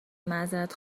معذرت